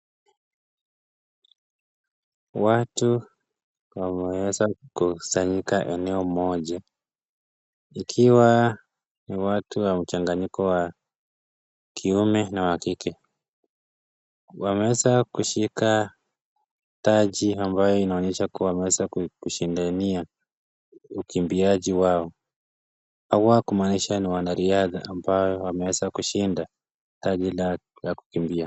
Watu wameweza kusanyika eneo moja ikiwa ni watu wa mchanganyiko wa kiume na kike. Wameweza kushika taji ambayo inaonyesha wameweza kushindania ukimbiaji wao. Hawa kumanisha ni wanariadha ambao nwameweza kushinda taji la kukimbia.